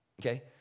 Okay